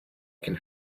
can